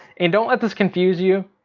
and don't let this confuse you.